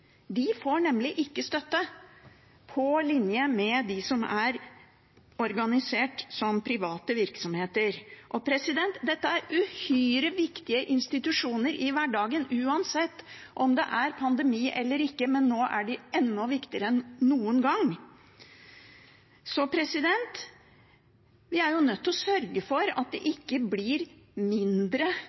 De får nemlig ikke støtte på linje med dem som er organisert som private virksomheter. Dette er uhyre viktige institusjoner i hverdagen uansett om det er pandemi eller ikke, men nå er de viktigere enn noen gang. Så vi er nødt til å sørge for at det ikke blir mindre